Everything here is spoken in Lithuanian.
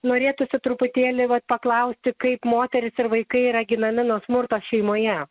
norėtųsi truputėlį vat paklausti kaip moteris ir vaikai yra ginami nuo smurto šeimoje